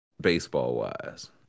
baseball-wise